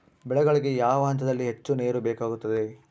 ಬೆಳೆಗಳಿಗೆ ಯಾವ ಹಂತದಲ್ಲಿ ಹೆಚ್ಚು ನೇರು ಬೇಕಾಗುತ್ತದೆ?